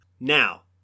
Now